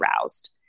aroused